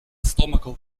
stomaco